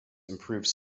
improved